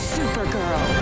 Supergirl